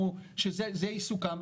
בזה וזה עיסוקם,